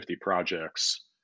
projects